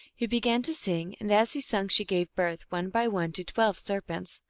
he began to sing, and as he sang she gave birth, one by one, to twelve serpents.